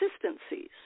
consistencies